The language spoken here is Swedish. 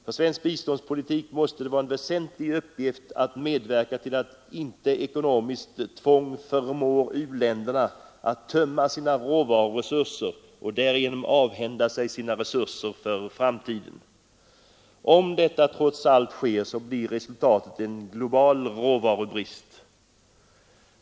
För svensk biståndspolitik måste det vara en väsentlig uppgift att medverka till att inte ekonomiskt tvång förmår u-länderna att tömma sina råvaruresurser och därigenom avhända sig sina resurser för framtiden. Om detta trots allt sker blir resultatet en global råvarubrist.